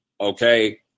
okay